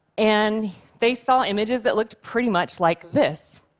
and they saw images that looked pretty much like this,